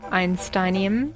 Einsteinium